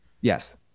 Yes